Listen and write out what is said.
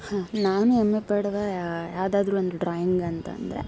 ನಾನು ಹೆಮ್ಮೆ ಪಡುವ ಯಾವ್ದಾದರೂ ಒಂದು ಡ್ರಾಯಿಂಗ್ ಅಂತ ಅಂದರೆ